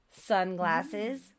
sunglasses